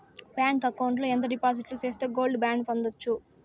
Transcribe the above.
Bank account లో ఎంత డిపాజిట్లు సేస్తే గోల్డ్ బాండు పొందొచ్చు?